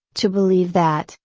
to believe that,